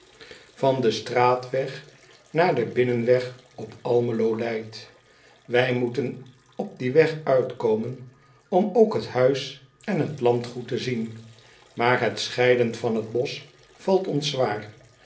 potlood eel weg naar den binnenweg op lmelo leidt ij moeten op dien weg uitkomen om ook het huis van het landgoed te zien aar het scheiden van het bosch valt ons zwaar